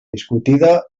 discutida